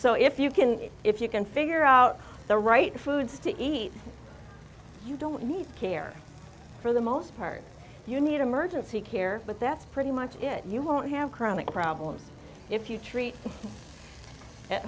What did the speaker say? so if you can if you can figure out the right foods to eat you don't need care for the most part you need emergency care but that's pretty much it you won't have chronic problems if you treat at